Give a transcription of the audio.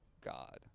God